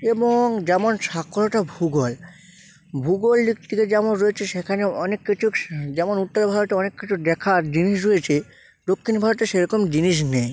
এবং যেমন সাক্ষরতা ভূগোল ভূগোল দিক থেকে যেমন রয়েচে সেখানে অনেক কিছু যেমন উত্তর ভারতে অনেক কিছু দেখার জিনিস রয়েছে দক্ষিণ ভারতে সেরকম জিনিস নেই